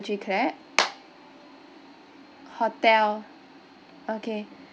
three clap hotel okay